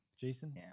Jason